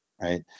right